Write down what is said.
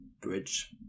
Bridge